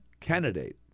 candidate